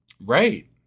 Right